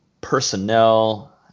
personnel